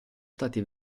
stati